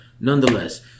Nonetheless